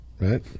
right